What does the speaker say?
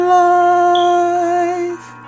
life